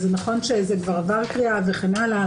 זה נכון שזה כבר עבר קריאה וכן הלאה,